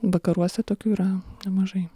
vakaruose tokių yra nemažai